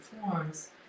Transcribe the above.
forms